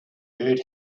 bird